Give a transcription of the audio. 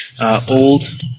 old